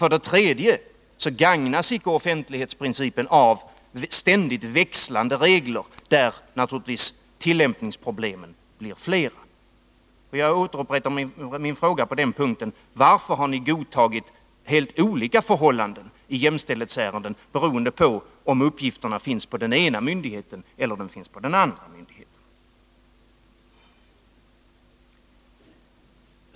För det tredje gagnas icke offentlighetsprincipen av ständigt växlande regler, då naturligtvis tillämpningsproblemen blir fler. Jag upprepar min 167 fråga på den punkten: Varför har ni godtagit helt olika förhållanden i jämställdhetsärenden, beroende på om uppgifterna finns på den ena myndigheten eller på den andra myndigheten?